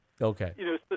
Okay